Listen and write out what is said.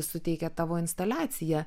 suteikia tavo instaliacija